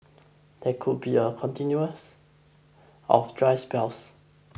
there could be a continuous of dry spells